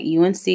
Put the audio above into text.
UNC